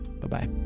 Bye-bye